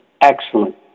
excellent